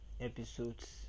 episodes